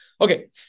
Okay